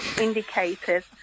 indicators